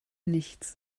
nichts